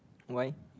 why